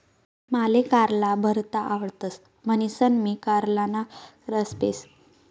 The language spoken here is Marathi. माले कारला भरता आवडतस म्हणीसन मी कारलाना रस पेस